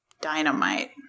dynamite